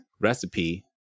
recipe